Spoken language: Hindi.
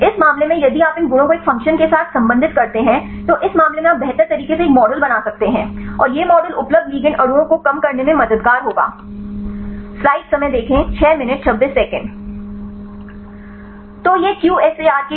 इस मामले में यदि आप इन गुणों को एक फ़ंक्शन के साथ संबंधित करते हैं तो इस मामले में आप बेहतर तरीके से एक मॉडल बना सकते हैं और यह मॉडल उपलब्ध लिगैंड अणुओं को कम करने में मददगार होगा तो यह QSAR के लिए कार्य प्रवाह है